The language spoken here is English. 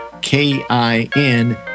K-I-N